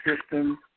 system